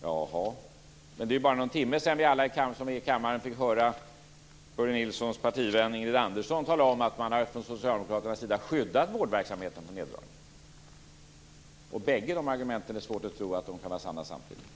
Jaha, men det är ju bara någon timme sedan vi alla som var i kammaren fick höra Börje Nilssons partivän Ingrid Andersson tala om att man från socialdemokraternas sida har skyddat vårdverksamheten från neddragningar. Det är svårt att tro att bägge dessa argument kan vara sanna samtidigt.